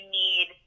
need